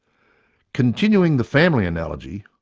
continuing the family analogy,